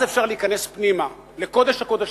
אז אפשר להיכנס פנימה לקודש הקודשים,